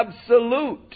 absolute